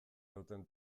nauten